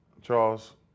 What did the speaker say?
Charles